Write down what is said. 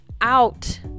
out